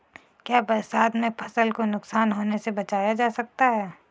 क्या बरसात में फसल को नुकसान होने से बचाया जा सकता है?